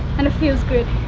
and it feels good.